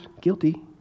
guilty